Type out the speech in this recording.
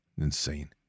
insane